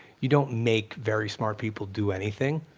you don't make very smart people do anything.